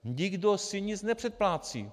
Nikdo si nic nepředplácí.